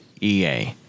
ea